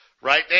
Right